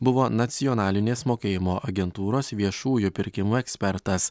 buvo nacionalinės mokėjimo agentūros viešųjų pirkimų ekspertas